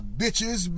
bitches